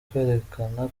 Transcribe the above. kwerekana